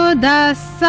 ah does